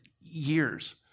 years